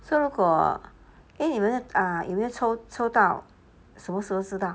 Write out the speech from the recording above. so 如果 eh 你们那有没有抽抽到什么时候知道